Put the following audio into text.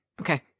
Okay